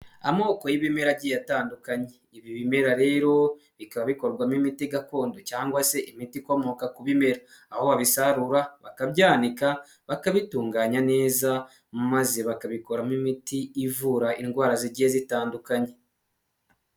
Amoko y'ibimeragiye atandukanye, ibi bimera rero bikaba bikorwamo imiti gakondo cyangwa se imiti ikomoka ku bimera. Aho babisarura bakabyanika, bakabitunganya neza maze bakabikoramo imiti ivura indwara zigiye zitandukanye.